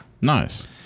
Nice